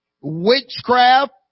witchcraft